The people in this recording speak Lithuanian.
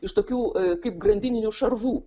iš tokių kaip grandininių šarvų